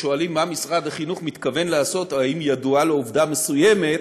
כששואלים מה משרד החינוך מתכוון לעשות או האם ידועה לו עובדה מסוימת,